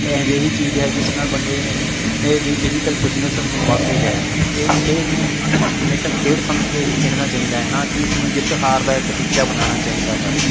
ਇਹੋ ਜਿਹੀ ਚੀਜ਼ ਹੈ ਜਿਸ ਨਾਲ ਬੰਦੇ ਦੀ ਫਿਜੀਕਲ ਫਿਟਨੈਸ ਵੱਧਦੀ ਹੈ ਇਹ ਖੇਡ ਨੂੰ ਹਮੇਸ਼ਾ ਖੇਡ ਸਮਝ ਕੇ ਹੀ ਖੇਡਣਾ ਚਾਹੀਦਾ ਹੈ ਨਾ ਕਿ ਇਸ ਨੂੰ ਜਿੱਤ ਹਾਰ ਦਾ ਇੱਕ ਟੀਚਾ ਬਣਾਉਣਾ ਚਾਹੀਦਾ ਹੈ